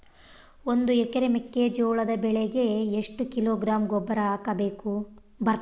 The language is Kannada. ಒಂದು ಎಕರೆ ಮೆಕ್ಕೆಜೋಳದ ಬೆಳೆಗೆ ಎಷ್ಟು ಕಿಲೋಗ್ರಾಂ ಗೊಬ್ಬರ ಹಾಕಬೇಕು?